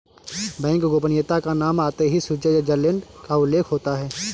bank गोपनीयता का नाम आते ही स्विटजरलैण्ड का उल्लेख होता हैं